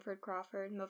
Crawford